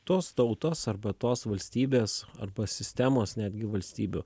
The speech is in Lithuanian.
tos tautos arba tos valstybės arba sistemos netgi valstybių